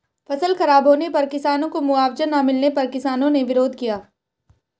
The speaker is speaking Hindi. फसल खराब होने पर किसानों को मुआवजा ना मिलने पर किसानों ने विरोध किया